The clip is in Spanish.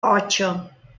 ocho